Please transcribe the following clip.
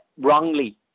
wrongly